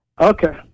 Okay